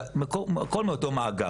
זה המקור, הכל מאותו המאגר.